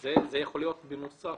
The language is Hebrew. זה יכול להיות בנוסף,